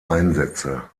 einsätze